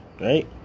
right